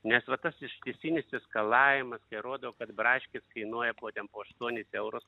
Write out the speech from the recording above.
nes va tas ištisinis eskalavimas rodo kad braškės kainuoja po ten po aštuonis eurus